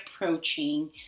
approaching